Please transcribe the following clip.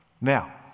Now